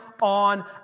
on